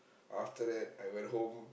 after that I went home